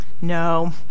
no